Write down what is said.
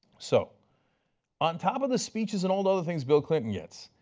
so on top of the speeches and all other things bill clinton gets,